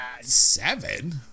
Seven